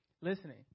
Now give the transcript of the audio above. Listening